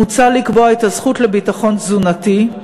מוצע לקבוע את הזכות לביטחון תזונתי,